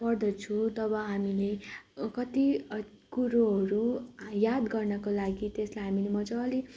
पढ्दछौँ तब हामीले कति कुरोहरू याद गर्नको लागि त्यसलाई हामीले मजाले